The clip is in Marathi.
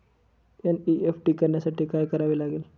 एन.ई.एफ.टी करण्यासाठी काय करावे लागते?